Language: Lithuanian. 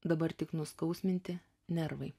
dabar tik nuskausminti nervai